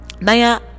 Naya